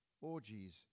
orgies